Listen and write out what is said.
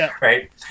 right